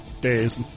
days